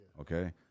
okay